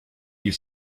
you